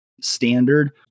standard